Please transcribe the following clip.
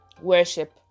worship